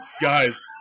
guys